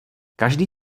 každý